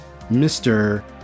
Mr